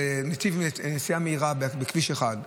נתיב לנסיעה מהירה בכביש 1,